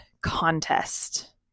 Contest